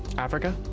africa?